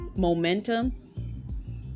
momentum